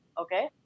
Okay